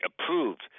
Approved